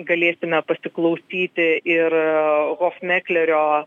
galėsime pasiklausyti ir hofmeklerio